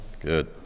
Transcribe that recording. Good